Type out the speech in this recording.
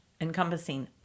Encompassing